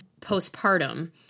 postpartum